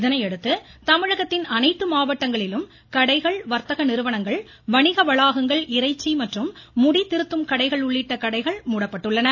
இதனையடுத்து தமிழகத்தின் அனைத்து மாவட்டங்களிலும் கடைகள் வர்த்தக நிறுவனங்கள் வணிக வளாகங்கள் இறைச்சி மற்றும் முடி திருத்தும் கடைகள் உள்ளிட்ட கடைகள் மூடப்பட்டுள்ளன